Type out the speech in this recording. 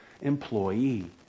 employee